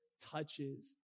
touches